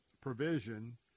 provision